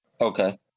Okay